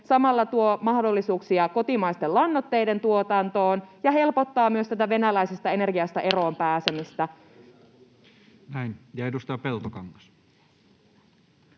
Samalla se tuo mahdollisuuksia kotimaisten lannoitteiden tuotantoon ja helpottaa myös venäläisestä energiasta eroon